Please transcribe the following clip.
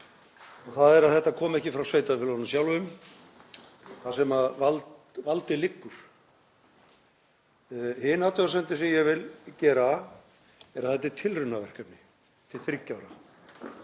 Eitt er að þetta kom ekki frá sveitarfélögunum sjálfum þar sem valdið liggur. Hin athugasemdin sem ég vil gera er að þetta er tilraunaverkefni til þriggja ára.